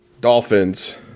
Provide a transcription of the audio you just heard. dolphins